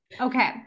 Okay